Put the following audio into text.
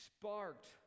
sparked